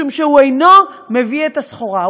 משום שהוא אינו מביא את הסחורה,